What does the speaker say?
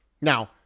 Now